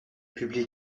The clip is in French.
publie